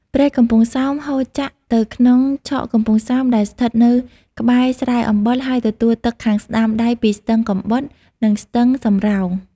ព្រែកកំពង់សោម ហូរចាក់ទៅក្នុងឆកកំពង់សោមដែរ ស្ថិតនៅក្បែរស្រែអំបិល ហើយទទួលទឹកខាងស្តាំដៃពីស្ទឹងកំបុត និងស្ទឹងសំរោង។